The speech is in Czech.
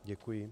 Děkuji.